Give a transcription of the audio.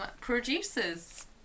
Producers